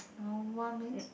lao nua means